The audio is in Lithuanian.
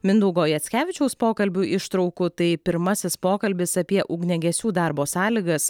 mindaugo jackevičiaus pokalbių ištraukų tai pirmasis pokalbis apie ugniagesių darbo sąlygas